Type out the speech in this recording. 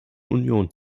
union